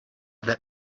that